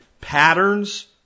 patterns